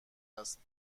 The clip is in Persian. است